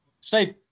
Steve